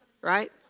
right